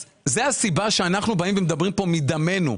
זאת הסיבה שאנחנו באים ומדברים כאן מדמנו,